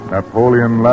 Napoleon